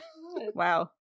Wow